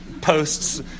posts